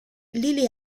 lily